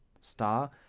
star